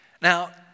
Now